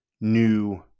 new